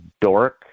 dork